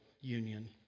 union